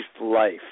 life